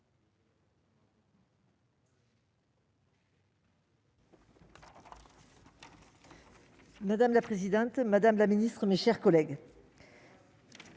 Madame la présidente, madame la ministre, mes chers collègues,